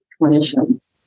clinicians